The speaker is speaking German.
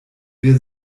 wir